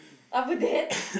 abuden